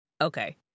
Okay